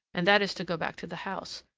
and that is to go back to the house,